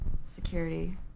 security